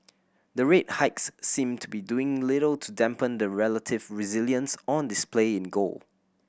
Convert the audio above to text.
the rate hikes seem to be doing little to dampen the relative resilience on display in gold